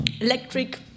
electric